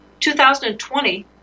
2020